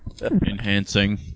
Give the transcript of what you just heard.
Enhancing